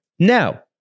Now